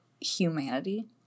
humanity